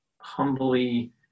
humbly